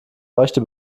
leuchte